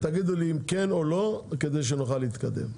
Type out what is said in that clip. תגידו לי אם כן או לא, כדי שנוכל להתקדם.